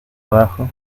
abajo